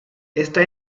está